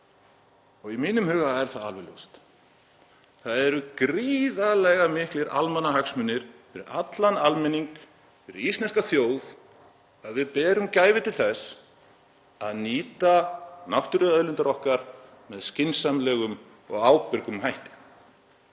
Í mínum huga er það alveg ljóst. Það eru gríðarlega miklir almannahagsmunir fyrir allan almenning, fyrir íslenska þjóð, að við berum gæfu til þess að nýta náttúruauðlindir okkar með skynsamlegum og ábyrgum hætti.